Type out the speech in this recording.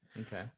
Okay